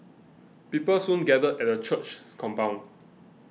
people soon gathered at the church's compound